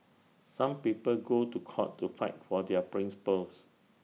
some people go to court to fight for their principles